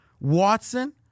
Watson